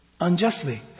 unjustly